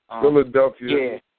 Philadelphia